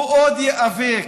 הוא עוד ייאבק